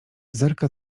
zerka